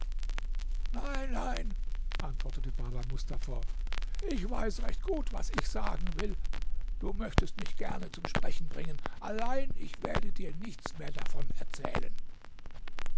nein nein antwortete baba mustafa ich weiß recht gut was ich sagen will du möchtest mich gerne zum sprechen bringen allein ich werde dir nichts mehr davon erzählen